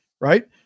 Right